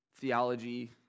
theology